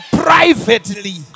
privately